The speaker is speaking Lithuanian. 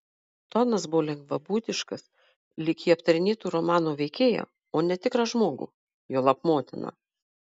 tonas buvo lengvabūdiškas lyg ji aptarinėtų romano veikėją o ne tikrą žmogų juolab motiną